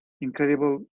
incredible